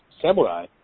samurai